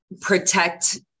protect